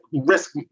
risk